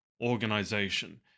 organization